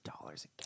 dollars